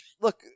look